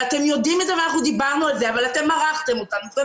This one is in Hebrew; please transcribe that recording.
אתם יודעים את זה ואנחנו דיברנו על זה אבל אתם מרחתם אותנו,